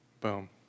Boom